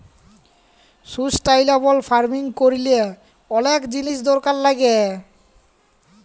sustainable farming ক্যরলে অলেক জিলিস দরকার লাগ্যে